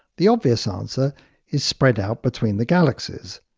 the obvious ah answer is spread out between the galaxies.